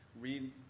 read